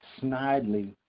snidely